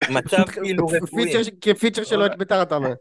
מצב כאילו רפואי. כפיצ'ר שלא הקפאת אתה אומר.